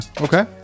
okay